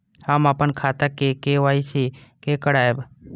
हम अपन खाता के के.वाई.सी के करायब?